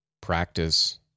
Practice